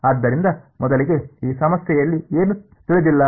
ಆದ್ದರಿಂದ ಮೊದಲಿಗೆ ಈ ಸಮಸ್ಯೆಯಲ್ಲಿ ಏನು ತಿಳಿದಿಲ್ಲ